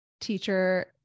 teacher